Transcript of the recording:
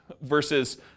Versus